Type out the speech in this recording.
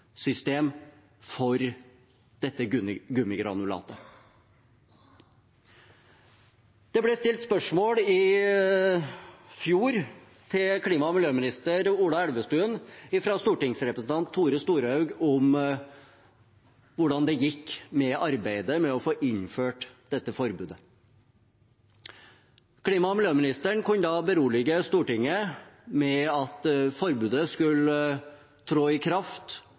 for dette gummigranulatet. Det ble i fjor stilt spørsmål til klima- og miljøminister Ola Elvestuen fra stortingsrepresentant Tore Storehaug om hvordan det gikk med arbeidet med å få etablert dette oppsamlingsutstyret. Klima- og miljøministeren kunne da berolige Stortinget med at det skulle tre i kraft